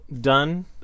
done